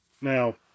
Now